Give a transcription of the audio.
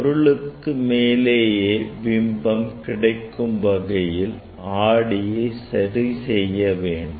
பொருளுக்கு மேலேயே பிம்பம் கிடைக்கும் வகையில் ஆடியை சரி செய்ய வேண்டும்